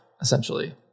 essentially